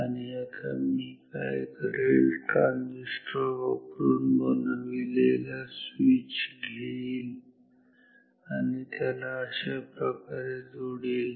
आणि आता मी काय करेल ट्रांजिस्टर वापरून बनविलेला स्विच घेईल आणि त्याला अशाप्रकारे जोडेल